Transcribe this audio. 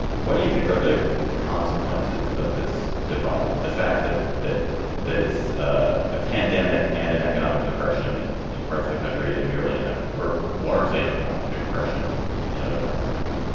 what do you think are the consequences of this divide? the fact that that that it's a pandemic and an economic depression in parts of the country and maryland are largely an economic depression in other parts of the country?